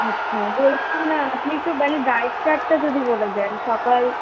আচ্ছা বলছিলাম আপনি একটু মানে ডায়েট চার্টটা যদি বলে দেন সকাল